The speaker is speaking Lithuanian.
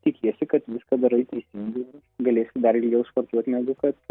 tikiesi kad viską darai teisingai ir galėsi dar ilgiaus sportuoti negu kad